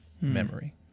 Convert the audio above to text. memory